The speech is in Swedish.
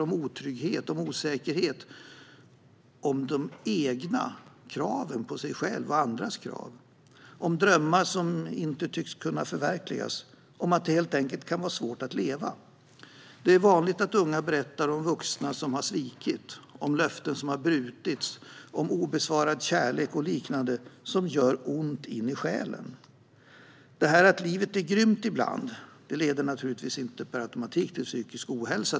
Det handlar om otrygghet, om osäkerhet, om de krav man har på sig själv, om andras krav, om drömmar som inte tycks kunna förverkligas och om att det helt enkelt kan vara svårt att leva. Det är vanligt att unga berättar om vuxna som har svikit, om löften som har brutits och om obesvarad kärlek och liknande som gör ont in i själen. Att livet är grymt ibland leder naturligtvis inte per automatik till psykisk ohälsa.